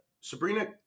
Sabrina